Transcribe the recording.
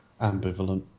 Ambivalent